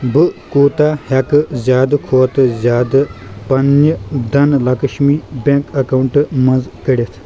بہٕ کوٗتاہ ہٮ۪کہٕ زِیٛادٕ کھۄتہٕ زِیٛادٕ پنِنہِ دھنہٕ لَکشمی بیٚنٛک اکاونٹ منٛز کٔڑِتھ